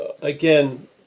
Again